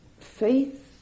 faith